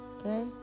Okay